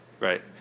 Right